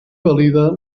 valida